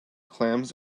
clams